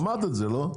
אמרת את זה, לא?